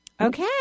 Okay